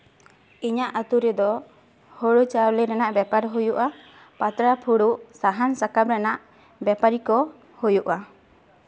ᱤᱧᱟᱹᱜ ᱟᱛᱳ ᱨᱮᱫᱚ ᱦᱳᱲᱳ ᱪᱟᱣᱞᱮ ᱨᱮᱭᱟᱜ ᱵᱮᱯᱟᱨ ᱦᱚᱸ ᱦᱩᱭᱩᱜᱼᱟ ᱯᱟᱛᱲᱟ ᱯᱷᱩᱲᱩᱜ ᱥᱟᱦᱟᱱ ᱥᱟᱠᱟᱢ ᱨᱮᱱᱟᱜ ᱵᱮᱯᱟᱨᱤ ᱠᱚ ᱦᱩᱭᱩᱜᱼᱟ